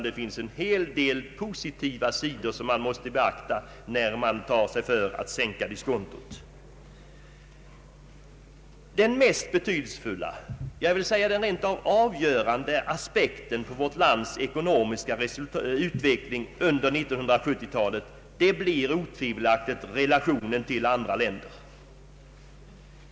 Det finns en hel del positiva sidor som man också måste beakta, när man tar sig för att sänka diskontot. Den betydelsefullaste, ja, rent av avgörande aspekten på vårt lands ekonomiska utveckling under 1970-talet blir otvivelaktigt relationerna till andra länder.